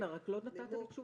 כן, ורק לא נתת תשובה.